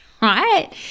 right